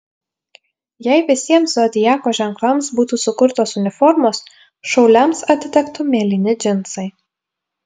jei visiems zodiako ženklams būtų sukurtos uniformos šauliams atitektų mėlyni džinsai